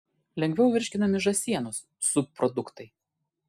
lengviau virškinami žąsienos subproduktai